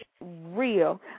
real